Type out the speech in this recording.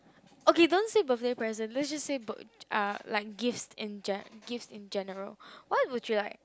okay don't say birthday present let's just say b~ g~ uh like gifts in ge~ gift in general what would you like